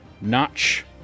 notch